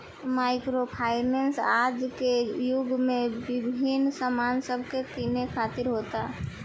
micro finance आज के युग में विभिन्न सामान सब के किने खातिर होता